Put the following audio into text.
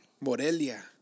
Morelia